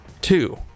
Two